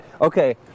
Okay